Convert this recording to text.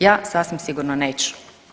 Ja sasvim sigurno neću.